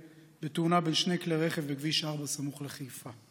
בתאונה בין שני כלי רכב בכביש 4 סמוך לחיפה.